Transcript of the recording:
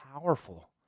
powerful